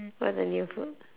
what are the new food